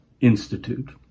institute